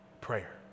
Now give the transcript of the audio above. Prayer